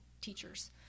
teachers